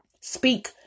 Speak